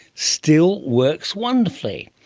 still works wonderfully.